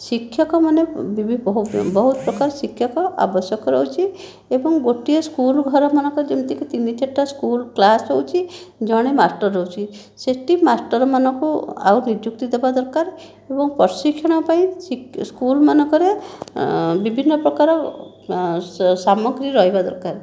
ଶିକ୍ଷକମାନେ ବହୁତ ପ୍ରକାର ଶିକ୍ଷକ ଆବଶ୍ୟକ ରହୁଛି ଏବଂ ଗୋଟିଏ ସ୍କୁଲ୍ ଘରମାନଙ୍କରେ ଯେମିତିକି ତିନି ଚାରିଟା ସ୍କୁଲ୍ କ୍ଳାସ୍ ହେଉଛି ଜଣେ ମାଷ୍ଟର ରହୁଛି ସେଠି ମାଷ୍ଟରମାନଙ୍କୁ ଆଉ ନିଯୁକ୍ତି ଦେବା ଦରକାର ଏବଂ ପ୍ରଶିକ୍ଷଣ ପାଇଁ ସ୍କୁଲ୍ମାନଙ୍କରେ ବିଭିନ୍ନ ପ୍ରକାର ସାମଗ୍ରୀ ରହିବା ଦରକାର